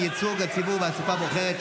ייצוג הציבור באספה הבוחרת),